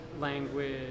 language